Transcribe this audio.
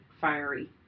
fiery